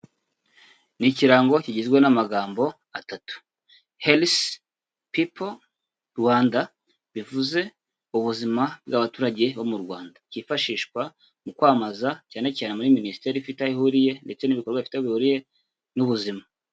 Ni ikirango kigizwe n'amagambo atatu, Healthy People Rwanda, bivuze ubuzima bw'abaturage bo mu Rwanda, cyifashishwa mu kwamamaza cyane cyane muri minisiteri ifite aho ihuriye ndetse n'ibikorwa bifite aho bihuriye n'ubuzima.